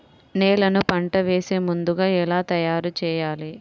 నేలను పంట వేసే ముందుగా ఎలా తయారుచేయాలి?